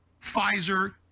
Pfizer